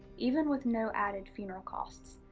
even with no added funeral costs.